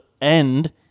end